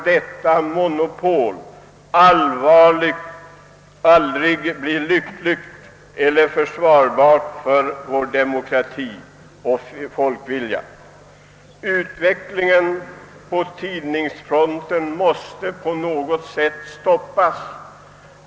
Detta monopol kan aldrig vara lyckligt eller försvarbart ur demokratiens och folkviljans synpunkt. Utvecklingen på tidningsfronten måste på något sätt stoppas.